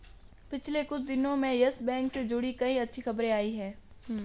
पिछले कुछ दिनो में यस बैंक से जुड़ी कई अच्छी खबरें आई हैं